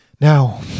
Now